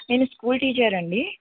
నేను school teacher అండి